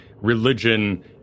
religion